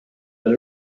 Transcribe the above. but